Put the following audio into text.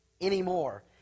Anymore